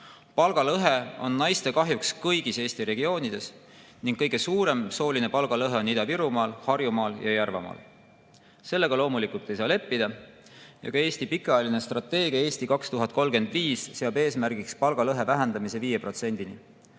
Palgalõhe on naiste kahjuks kõigis Eesti regioonides ning kõige suurem sooline palgalõhe on Ida-Virumaal, Harjumaal ja Järvamaal. Sellega loomulikult ei saa leppida. Ka Eesti pikaajaline strateegia "Eesti 2035" seab eesmärgiks palgalõhe vähendamise 5%-ni.